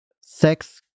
sex